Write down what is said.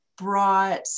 brought